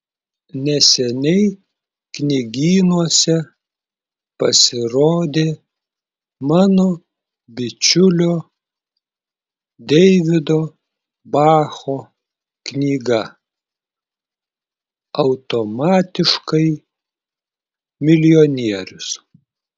neseniai knygynuose pasirodė mano bičiulio deivido bacho knyga automatiškai milijonierius